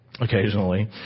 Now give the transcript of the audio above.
Occasionally